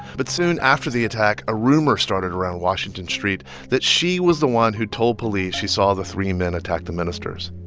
but soon after the attack, a rumor started around washington street that she was the one who told police she saw the three men attack the ministers.